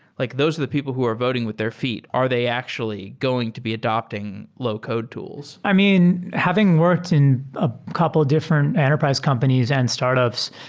like those are the people who are voting with their feet. are they actually going to be adopting low code tools? i mean having worked in a couple of different enterprise companies and startups,